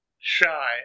shy